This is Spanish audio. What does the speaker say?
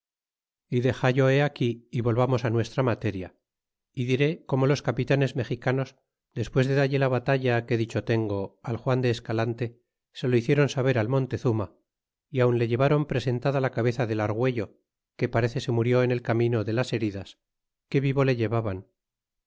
y dexallo he aquí y volvamos á nuestra materia y diré corno los capitanes mexicanos despues de dalle labatalla que dicho tengo al juan de escalante se lo hicieron saber al montezuma y aun le llevaron presentada la cabeza del argüello que parece se murió en el camino de las heridas que vivo le llevaban